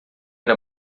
era